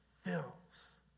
fills